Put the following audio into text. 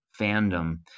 fandom